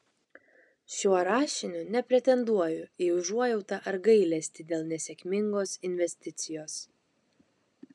šiuo rašiniu nepretenduoju į užuojautą ar gailestį dėl nesėkmingos investicijos